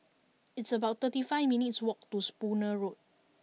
it's about thirty five minutes' walk to Spooner Road